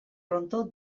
pronto